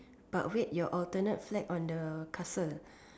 but wait your alternate flag on the castle